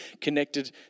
connected